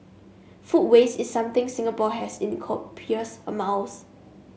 food waste is something Singapore has in copious amounts